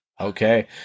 Okay